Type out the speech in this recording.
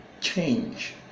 change